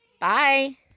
Bye